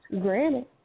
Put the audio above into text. granted